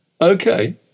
Okay